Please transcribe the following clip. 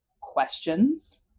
questions